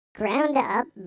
ground-up